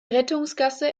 rettungsgasse